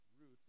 Ruth